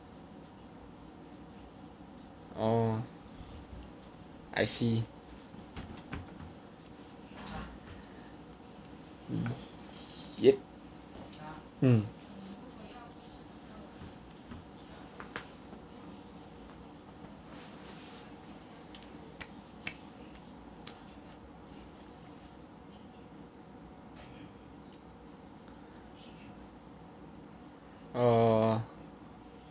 oh I see yup mm err